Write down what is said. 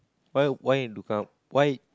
why why look out why